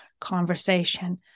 conversation